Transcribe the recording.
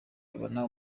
bibona